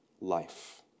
life